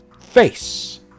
face